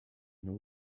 know